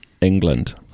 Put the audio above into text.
England